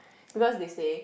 because they say